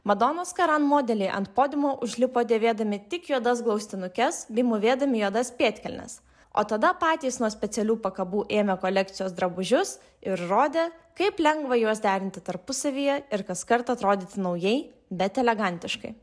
madonos karan modeliai ant podiumo užlipo dėvėdami tik juodas glaustinukes bei mūvėdami juodas pėdkelnes o tada patys nuo specialių pakabų ėmė kolekcijos drabužius ir rodė kaip lengva juos derinti tarpusavyje ir kaskart atrodyti naujai bet elegantiškai